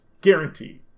guaranteed